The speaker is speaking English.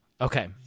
Okay